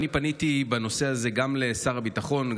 פניתי בנושא הזה גם לשר הביטחון,